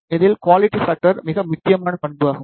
இதில் quality factor மிக முக்கியமான பண்பு ஆகும்